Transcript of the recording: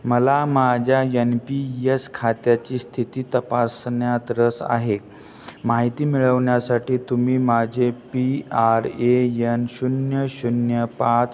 मला माझ्या N P S खात्याची स्थिती तपासण्यात रस आहे माहिती मिळवण्यासाठी तुम्ही माझे पी आर ए यन शून्य शून्य पाच चार नऊ दोन शून्य सहा एक सहा दोन एक आणि आधारचे शेवटचे चार अंक पाच सात दोन शून्य वापरू शकता का